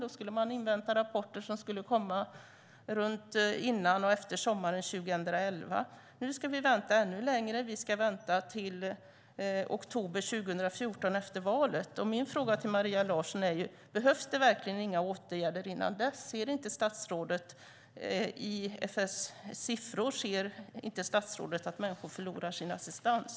Då skulle man invänta rapporter som skulle komma före och efter sommaren 2011. Nu ska vi vänta ännu längre till oktober 2014, efter valet. Behövs det verkligen inga åtgärder innan dess, Maria Larsson? Kan inte statsrådet se i ISF:s siffror att människor förlorar sin assistans?